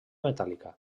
metàl·lica